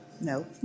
No